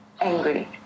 angry